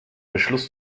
beschluss